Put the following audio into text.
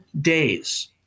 days